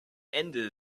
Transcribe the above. ende